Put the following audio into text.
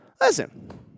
Listen